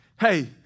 Hey